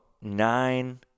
nine